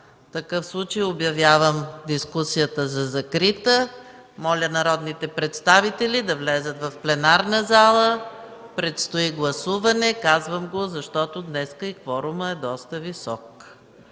Няма. Обявявам дискусията за закрита. Моля народните представители да влязат в пленарната зала, предстои гласуване. Казвам го, защото днес и кворумът е доста висок.